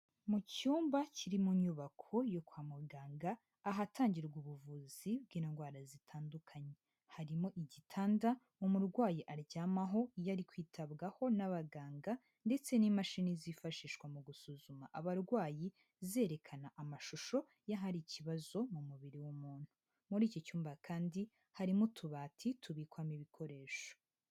Mu cyumba kiri mu nyubako yo kwa muganga, ahatangirwa ubuvuzi bw'indwara zitandukanye. Harimo igitanda umurwayi aryamaho iyo ari kwitabwaho n'abaganga ndetse n'imashini zifashishwa mu gusuzuma abarwayi, zerekana amashusho y'ahari ikibazo mu mubiri w'umuntu. Muri iki cyumba kandi, harimo utubati tubikwamo ibikoresho.